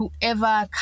whoever